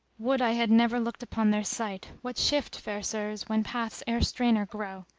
would i had never looked upon their sight, what shift, fair sirs, when paths e'er strainer grow?